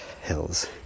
hills